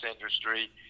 industry